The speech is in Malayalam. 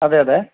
അതെ അതെ